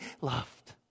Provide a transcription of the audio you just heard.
loved